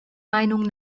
meinung